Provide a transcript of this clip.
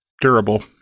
durable